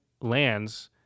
lands